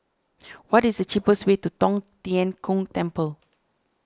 what is the cheapest way to Tong Tien Kung Temple